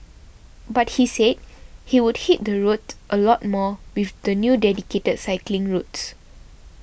but he said he would hit the roads a lot more with the new dedicated cycling routes